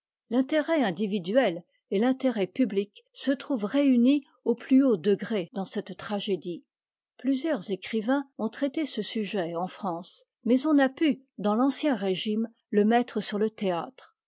l'intérêt individuel et l'intérêt pumic se trouvent réunis au plus haut degré dans cette tragédie plusieurs écrivains ont traité ce sujet en france mais on n'a pu dans l'ancien régime le mettre sur le théâtre